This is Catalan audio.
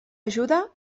ajuda